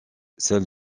celle